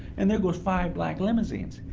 and there goes five black limousines.